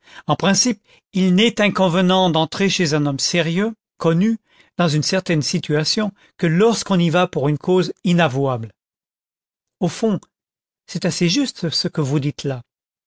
en principe il n'est inconvenant d'entrer chez un homme sérieux connu dans une certaine situation que lorsqu'on y va pour une cause inavouable au fond c'est assez juste ce que vous dites là